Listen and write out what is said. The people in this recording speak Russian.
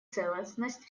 целостность